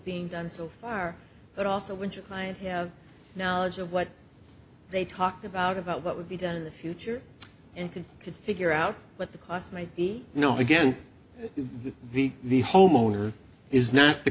being done so far but also when your client have knowledge of what they talked about about what would be done in the future and could could figure out what the cost might be you know again the the homeowner is not the